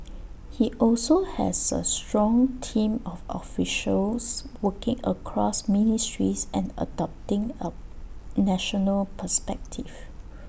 he also has A strong team of officials working across ministries and adopting A national perspective